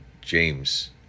James